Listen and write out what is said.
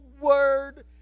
word